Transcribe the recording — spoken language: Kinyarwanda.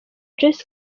joyce